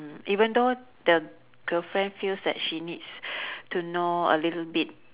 mm even though the girlfriend feels that she needs to know a little bit